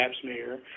smear